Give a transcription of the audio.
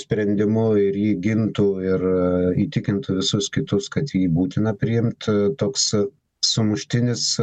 sprendimu ir jį gintų ir įtikintų visus kitus kad jį būtina priimt toks sumuštinis